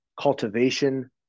cultivation